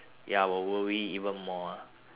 ya will worry even more ah